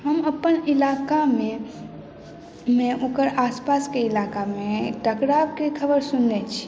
हम अपन इलाकामे ओकर आसपासके इलाकामे एक टकरावके खबर सुनने छी